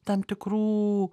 tam tikrų